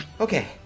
okay